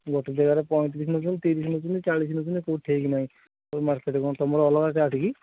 ଗୋଟେ ଜେଗାରେ ପଇଁତିରିଶି ନେଉଛନ୍ତି ତିରିଶି ନେଉଛନ୍ତି ଚାଳିଶି ନେଉଛନ୍ତି କେଉଁଠି ଠିକ୍ ନାହିଁ କେଉଁ ମାର୍କେଟ୍ କ'ଣ ତୁମର ଅଲଗା ଚାଟ୍ କି